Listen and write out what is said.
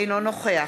אינו נוכח